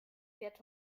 fährt